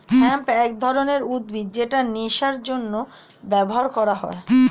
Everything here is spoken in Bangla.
হেম্প এক ধরনের উদ্ভিদ যেটা নেশার জন্য ব্যবহার করা হয়